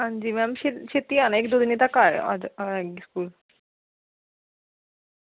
हां जी मैम छे छेती आना इक क्क दो दिनें तक आना आई जाह्गी स्कूल